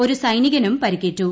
ഒരു സൈനികനും പരിക്കേറ്റു